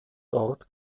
dort